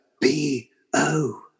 B-O